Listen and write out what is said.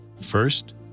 First